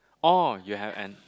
oh you have an